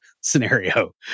scenario